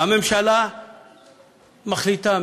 הממשלה מחליטה.